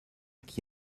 qui